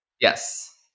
Yes